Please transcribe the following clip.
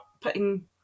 putting